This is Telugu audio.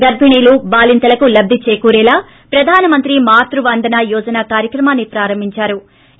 గర్భిణీలుబాలింతలకు లబ్లి చేకూరేలా ప్రధానమంత్రి మాతృ వందన యోజన కార్యక్రమంను ప్రారంభించింది